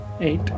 Eight